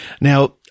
Now